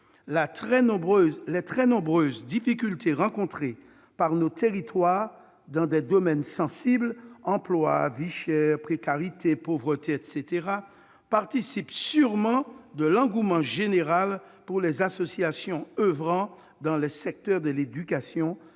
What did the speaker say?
Les très nombreuses difficultés rencontrées par nos territoires dans des domaines sensibles- emploi, vie chère, précarité, pauvreté, etc. -participent sûrement à l'engouement général pour les associations oeuvrant dans les secteurs de l'éducation,